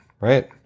right